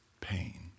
pain